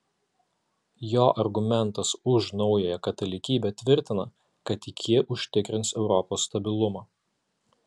jo argumentas už naująją katalikybę tvirtina kad tik ji užtikrins europos stabilumą